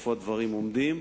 איפה הדברים עומדים.